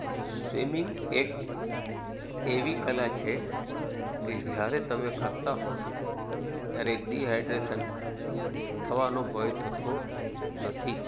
swimming એક એવી કલા છે કે જ્યારે તમે કરતાં હોય ત્યારે ડિહાઈડ્રેશન થવાનો ભય થતો નથી